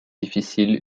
difficile